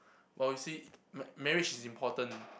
oh you see ma~ marriage is important